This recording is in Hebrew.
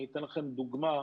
אני אתן לכם דוגמה.